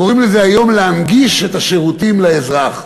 קוראים לזה היום להנגיש את השירותים לאזרח.